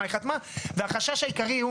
והוא נמצא בקומה רביעית,